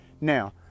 Now